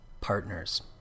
partners